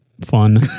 fun